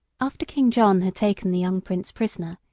after king john had taken the young prince prisoner,